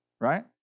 right